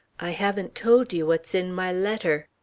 i haven't told you what's in my letter.